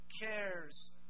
cares